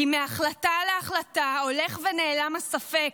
כי מהחלטה להחלטה הולך ונעלם הספק.